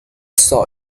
saw